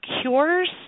cures